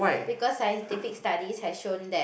because scientific study has shown that